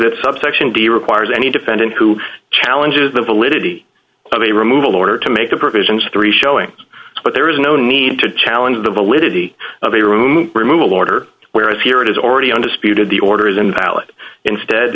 that subsection b requires any defendant who challenges the validity of a removal order to make the provisions three showing but there is no need to challenge the validity of a room removal order whereas here it is already undisputed the order is invalid instead